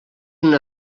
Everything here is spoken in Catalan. una